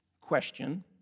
question